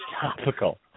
topical